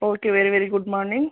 okay very very good morning